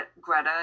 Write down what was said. Greta